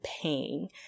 paying